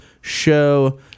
show